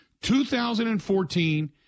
2014